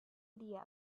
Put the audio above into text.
idea